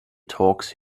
talks